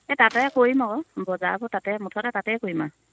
এই তাতে কৰিম আৰু বজাৰবোৰ তাতে মুঠতে তাতে কৰিম আৰু